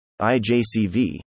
IJCV